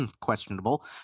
questionable